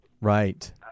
Right